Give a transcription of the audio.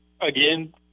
again